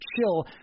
chill